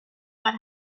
what